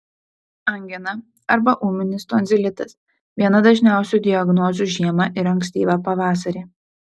angina arba ūminis tonzilitas viena dažniausių diagnozių žiemą ir ankstyvą pavasarį